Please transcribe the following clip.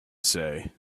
say